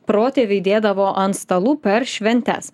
protėviai dėdavo ant stalų per šventes